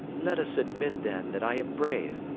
let us admit, then, that i am brave,